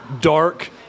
dark